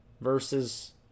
versus